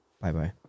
Bye-bye